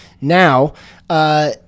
Now –